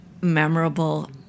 memorable